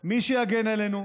לא יהיה מי שיגן עלינו.